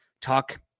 talk